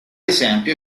esempio